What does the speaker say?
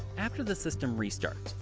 after the system restarts,